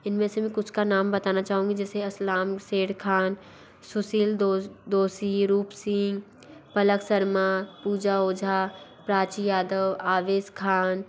इन में से मैं कुछ का नाम बताना चाहूँगी जैसे असलम शेर ख़ान सुशील दोश दोषी रूपसिंग पलक शर्मा पूजा ओझा प्राची यादव उवैस ख़ान